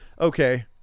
Okay